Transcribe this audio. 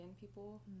people